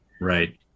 Right